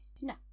No